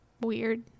weird